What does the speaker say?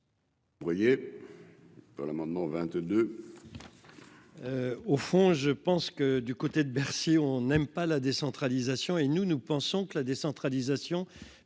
Vous voyez par l'amendement 22.